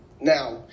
Now